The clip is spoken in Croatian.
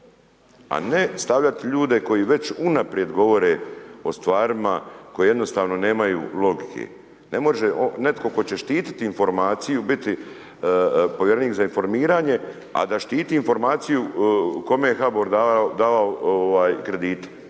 a ne stavljati ljude koji već unaprijed govore o stvarima koje jednostavno nemaju logike, ne može netko tko će štitit informaciju biti povjerenik za informiranje, a da štiti informaciju kome je HABOR dao kredite.